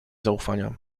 zaufania